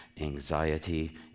anxiety